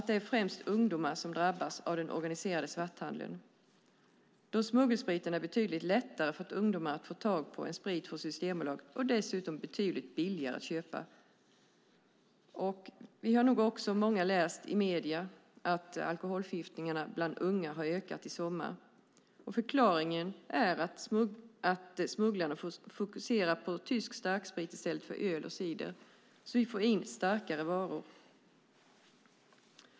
Det är främst ungdomar som drabbas av den organiserade svarthandeln då smuggelspriten är betydligt lättare för ungdomar att få tag på än sprit från Systembolaget och dessutom betydligt billigare att köpa. Vi har nog också många läst i medierna att alkoholförgiftningarna bland unga har ökat i sommar. Förklaringen är att smugglarna fokuserar på starksprit i stället för öl och cider så att vi får in starkare varor.